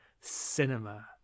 Cinema